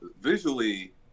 Visually